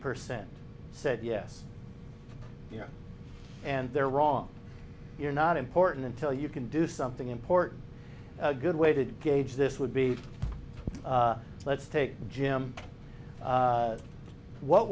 percent said yes and they're wrong you're not important until you can do something important a good way to gauge this would be let's take jim what